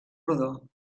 rodó